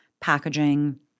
packaging